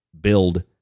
build